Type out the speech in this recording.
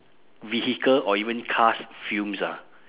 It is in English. vehicle or even car's fumes ah